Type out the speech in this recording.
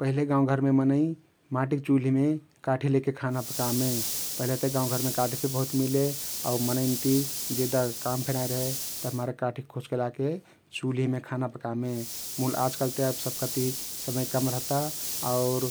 पहिले गउँ घरमे मनै माटीक चुल्हीमे काठी लैके खाना पकामे । पहिले ते गाउँ घरमे काठी फे बहुत मिले आउ मनैन ति जेदा काम फे नाई रहे तभिमारे काठी खोजके लाके चुल्हीमे खाना पकामे । मुल आजकालते सबका ति समय कम रहता आउर